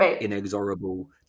inexorable